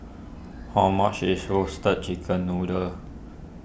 how much is Roasted Chicken Noodle